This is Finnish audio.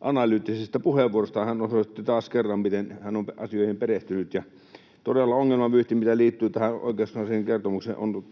analyyttisestä puheenvuorostaan. Hän osoitti taas kerran, miten hän on asioihin perehtynyt. Ja todella ongelmavyyhti, mikä liittyy tähän oikeuskanslerin kertomukseen, on